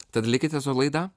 tad likite su laida